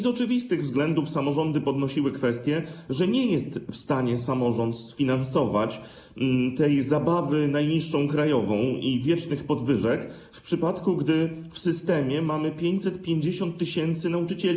Z oczywistych względów samorządy podnosiły kwestię, że nie są w stanie sfinansować tej zabawy najniższą krajową i wiecznych podwyżek, w przypadku gdy w systemie mamy 550 tys. nauczycieli.